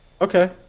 okay